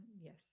yes